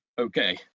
okay